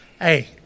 Hey